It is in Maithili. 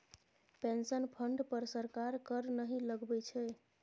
पेंशन फंड पर सरकार कर नहि लगबै छै